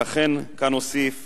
ולכן כאן אוסיף